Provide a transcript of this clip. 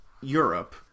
Europe